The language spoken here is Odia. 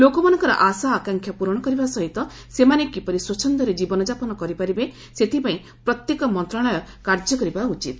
ଲୋକମାନଙ୍କର ଆଶା ଆକାଂକ୍ଷା ପୂରଣ କରିବା ସହିତ ସେମାନେ କିପରି ସ୍ୱଚ୍ଛନ୍ଦରେ ଜୀବନଯାପନ କରିପାରିବେ ସେଥିପାଇଁ ପ୍ରତ୍ୟେକ ମନ୍ତ୍ରଣାଳୟ କାର୍ଯ୍ୟ କରିବା ଉଚିତ